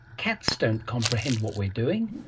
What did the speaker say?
cats don't comprehend what we're doing,